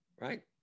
right